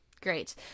Great